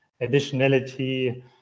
additionality